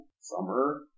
summer